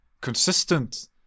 consistent